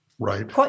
Right